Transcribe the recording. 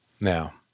now